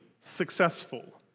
successful